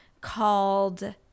called